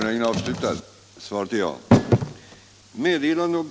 Herr talman!